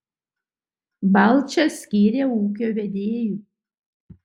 balčą skyrė ūkio vedėju